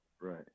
Right